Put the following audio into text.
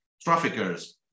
traffickers